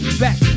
back